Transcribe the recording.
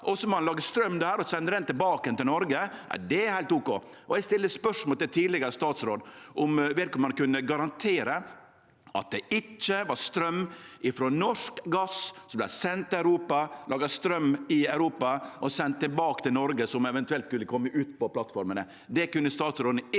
og så må ein lage straum der og sende han tilbake til Noreg – det er heilt ok. Eg stilte spørsmål til ein tidlegare statsråd om vedkomande kunne garantere at det ikkje var straum frå norsk gass som vart send til Europa, laga straum av i Europa og send tilbake til Noreg, og som eventuelt kunne kome ut på plattformene.